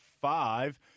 five